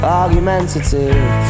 argumentative